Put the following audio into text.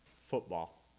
football